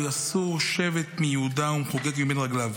"לא יסור שבט מיהודה ומחֹקק מבין רגליו".